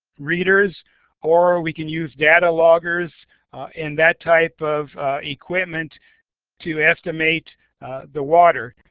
readers or we can use data loggers and that type of equipment to estimate the water.